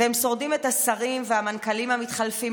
והם שורדים את השרים והמנכ"לים המתחלפים